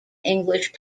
english